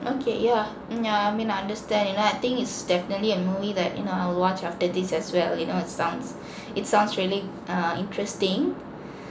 okay yeah mm yeah I mean I understand you know I think it's definitely a movie that you know I will watch after this as well you know it sounds it sounds really uh interesting